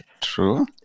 true